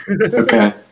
Okay